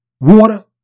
Water